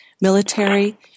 military